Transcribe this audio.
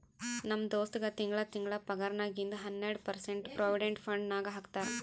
ನಮ್ ದೋಸ್ತಗ್ ತಿಂಗಳಾ ತಿಂಗಳಾ ಪಗಾರ್ನಾಗಿಂದ್ ಹನ್ನೆರ್ಡ ಪರ್ಸೆಂಟ್ ಪ್ರೊವಿಡೆಂಟ್ ಫಂಡ್ ನಾಗ್ ಹಾಕ್ತಾರ್